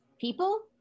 people